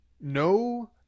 no